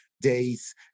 days